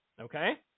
Okay